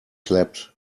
clapped